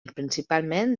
principalment